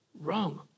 wrong